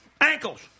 Ankles